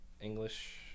English